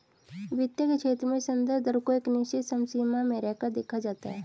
वित्त के क्षेत्र में संदर्भ दर को एक निश्चित समसीमा में रहकर देखा जाता है